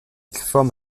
forme